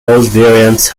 variants